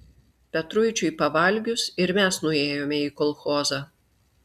petruičiui pavalgius ir mes nuėjome į kolchozą